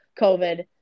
COVID